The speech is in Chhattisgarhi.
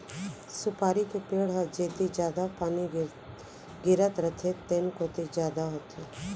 सुपारी के पेड़ ह जेती जादा पानी गिरत रथे तेन कोती जादा होथे